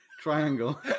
triangle